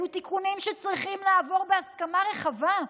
אלו תיקונים שצריכים לעבור בהסכמה רחבה,